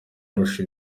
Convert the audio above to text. arusha